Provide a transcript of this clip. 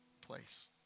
place